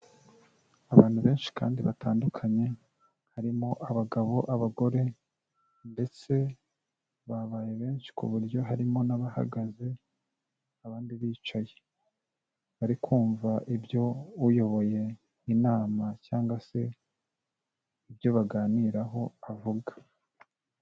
Abantu benshi kandi batandukanye, harimo abagabo, abagore ndetse babaye benshi ku buryo harimo n'abahagaze abandi bicaye, bari kumva ibyo uyoboye inama cyangwa se ibyo baganiraho avuga.